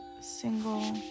single